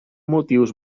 motius